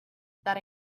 that